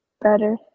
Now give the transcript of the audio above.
better